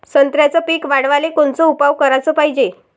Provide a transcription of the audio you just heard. संत्र्याचं पीक वाढवाले कोनचे उपाव कराच पायजे?